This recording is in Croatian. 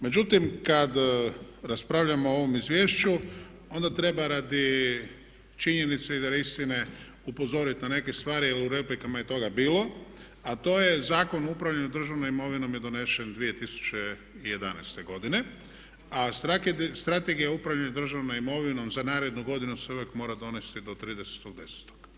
Međutim, kad raspravljamo o ovom izvješću onda treba radi činjenice i radi istine upozoriti na neke stvari, jer u replikama je toga bilo, a to je Zakon o upravljanju državnom imovinom je donesen 2011. godine, a Strategija upravljanja državnom imovinom za narednu godinu se uvijek mora donesti do 30.10.